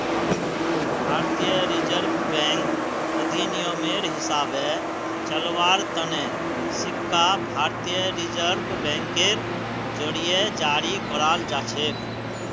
भारतीय reserve bank अधिनियमेर हिसाबे चलव्वार तने सिक्का भारतीय रिजर्व बैंकेर जरीए जारी कराल जाछेक